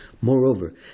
Moreover